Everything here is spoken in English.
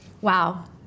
Wow